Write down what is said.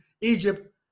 Egypt